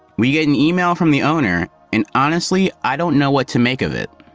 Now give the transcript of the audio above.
we get an email from the owner, and honestly, i don't know what to make of it.